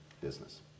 business